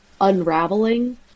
unraveling